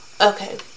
Okay